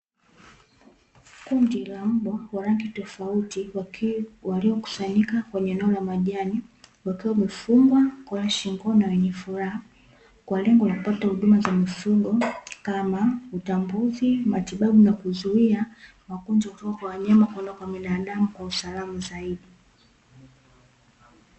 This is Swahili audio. Kundi la mbwa wa rangi tofauti waliokusanyika kwenye eneo la majani. wakiwa wamefungwa kola shingoni na wenye furaha kwa lengo la kupata huduma za mifugo kama utambuzi, matibabu na kuzuia magonjwa kutoka kwa wanyama kwenda kwa binafamu kwa usalama zaidi.